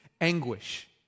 anguish